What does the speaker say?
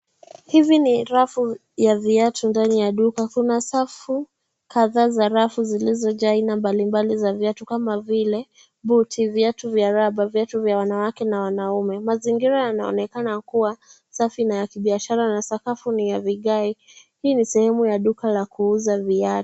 Hizi ni rafu ya viatu ndani ya duka. Kuna safu kadhaa za rafu zilizojaa aina mbalimbali za viatu kama vile buti, viatu vya raba, viatu vya wanawake na wanaume. Mazingira yanaonekana kuwa safi na ya kibiashara na sakafu ni ya vigae. Hii ni sehemu ya duka la kuuza viatu.